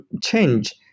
change